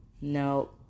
no